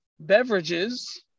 Beverages